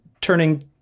turning